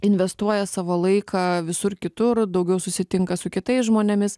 investuoja savo laiką visur kitur daugiau susitinka su kitais žmonėmis